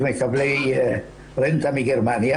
יש לנו שיתוף פעולה עם משרד הפנים בנושא הנחות לארנונה לנזקקים.